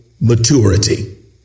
maturity